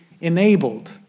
enabled